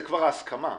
זה ההסכמה,